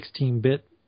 16-bit